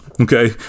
Okay